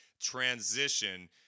transition